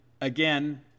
again